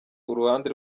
uruhande